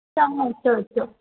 चङो चओ चओ